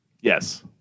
Yes